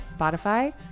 Spotify